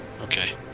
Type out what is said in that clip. Okay